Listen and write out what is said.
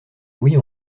louis